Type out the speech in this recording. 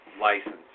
license